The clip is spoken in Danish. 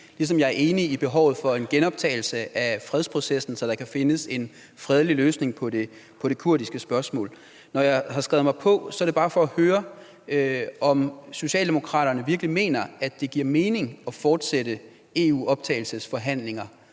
ligesom jeg er enig i behovet for en genoptagelse af fredsprocessen, så der kan findes en fredelig løsning på det kurdiske spørgsmål. Når jeg har skrevet mig på for at få ordet, er det bare for at høre, om Socialdemokratiet virkelig mener, at det giver mening at fortsætte EU-optagelsesforhandlinger